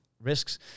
risks